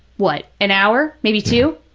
what, an hour, maybe two?